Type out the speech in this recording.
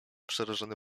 przerażony